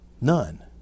None